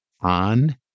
on